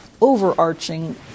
overarching